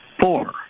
four